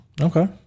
Okay